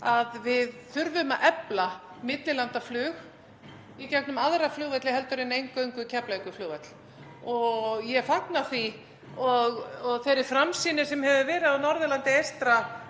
að við þurfum að efla millilandaflug í gegnum aðra flugvelli heldur en eingöngu Keflavíkurflugvöll. Ég fagna því og þeirri framsýn sem hefur verið á Norðurlandi eystra